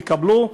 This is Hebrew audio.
תקבלו,